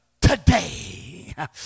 today